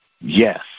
Yes